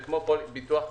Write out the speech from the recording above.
זה כמו ביטוח קבוצתי.